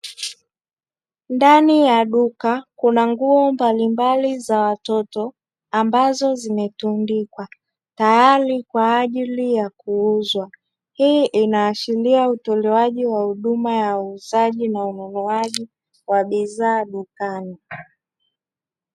Ndani ya duka kuna nguo mbalimbali za watoto, ambazo zimetundikwa tayari kwa ajili ya kuuzwa. Hii inaashiria utolewaji wa huduma ya uuzaji na ununuaji wa bidhaa dukani.